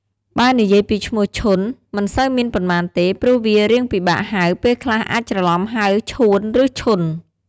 បើនិយាយពីឈ្មោះឈុន មិនសូវមានប៉ុន្មានទេព្រោះវារៀងពិបាកហៅពេលខ្លះអាចច្រលំហៅ ឈួន ឬឈន់។